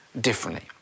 differently